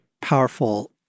powerful